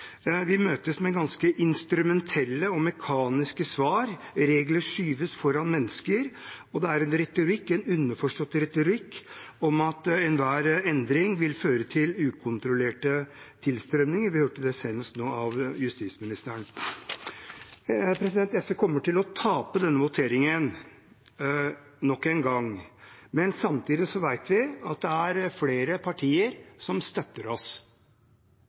Vi møtes med ganske instrumentelle og mekaniske svar, regler skyves foran mennesker, og det er en underforstått retorikk om at enhver endring vil føre til ukontrollerte tilstrømninger. Vi hørte det senest nå fra justisministeren. SV kommer til å tape denne voteringen – nok en gang – men samtidig vet vi at det er flere partier som støtter oss.